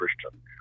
Christian